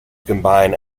combine